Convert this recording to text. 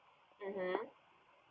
mmhmm